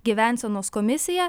gyvensenos komisiją